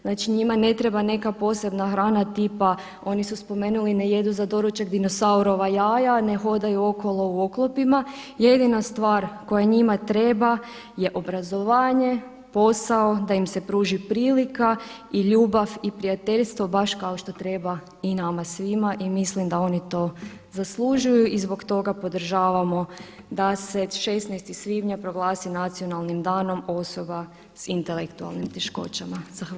Znači njima ne treba neka posebna hrana tipa, oni su spomenuli ne jedu za doručak dinosaurova jaja, ne hodaju okolo u oklopima jedina stvar koja njima treba je obrazovanje, posao, da im se pruži prilika i ljubav i prijateljstvo baš kao što treba i nama svima i mislim da oni to zaslužuju i zbog toga podržavamo da se 16. svibnja proglasi Nacionalnim danom osoba sa intelektualnim teškoćama.